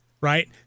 right